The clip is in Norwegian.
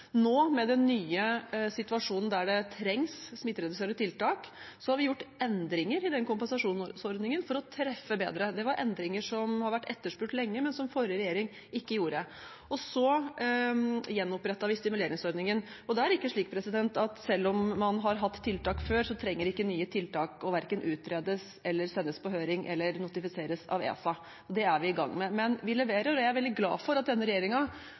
Nå, med den nye situasjonen der det trengs smittereduserende tiltak, har vi gjort endringer i kompensasjonsordningen for å treffe bedre. Det var endringer som har vært etterspurt lenge, men som forrige regjering ikke gjorde. Så gjenopprettet vi stimuleringsordningen. Da er det ikke slik at selv om man har hatt tiltak før, så trenger ikke nye tiltak verken å utredes eller sendes på høring eller notifiseres i ESA. Det er vi i gang med. Vi leverer, og jeg er veldig glad for at denne